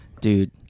dude